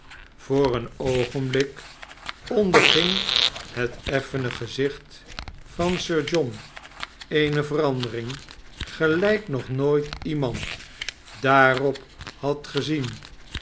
voor een oogenblik onderging het effene gezicht van sir john eene verandering gelijk nog nook iemand daarop had gezien